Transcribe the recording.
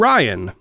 Ryan